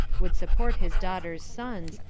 would support his daughter's sons,